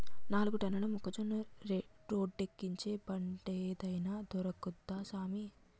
నాలుగు టన్నుల మొక్కజొన్న రోడ్డేక్కించే బండేదైన దొరుకుద్దా సామీ